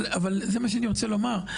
אבל זה מה שאני רוצה לומר.